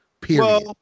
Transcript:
Period